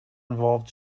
involved